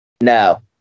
No